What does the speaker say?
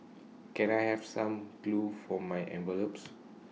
can I have some glue for my envelopes